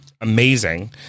amazing